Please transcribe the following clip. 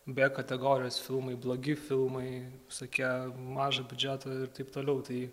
b kategorijos filmai blogi filmai visokie mažo biudžeto ir taip toliau tai